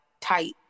tight